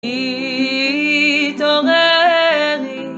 ‫התעוררי.